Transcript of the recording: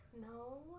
No